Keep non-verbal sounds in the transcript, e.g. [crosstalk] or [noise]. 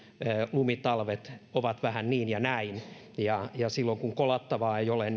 lumitalvet ovat vähän niin ja näin ja ja silloin kun kolattavaa ei ole [unintelligible]